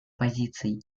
позиций